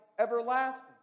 everlasting